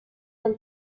del